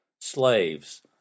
Slaves